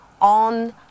on